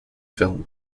film